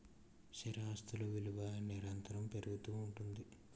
స్థిరాస్తులు విలువ నిరంతరము పెరుగుతూ ఉంటుంది